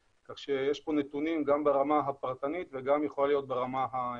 כך שיש נתונים גם ברמה הפרטנית ויכולה להיות גם ברמה הארצית.